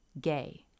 gay